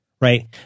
Right